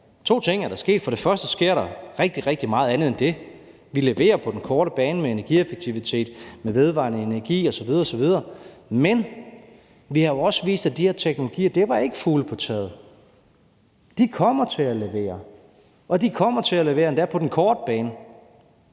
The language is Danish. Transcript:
To ting er der sket. For det første sker der rigtig, rigtig meget andet end det. Vi leverer på den korte bane med energieffektivitet, med vedvarende energi osv. osv., men vi har jo også vist, at de her teknologier ikke var fugle på taget. De kommer til at levere, og de kommer til at levere endda på den korte bane.